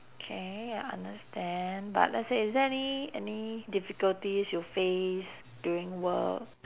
okay I understand but let's say is there any any difficulties you face during work